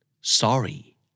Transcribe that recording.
Sorry